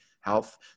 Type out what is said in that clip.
health